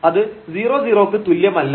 അത് 00ക്ക് തുല്യമല്ല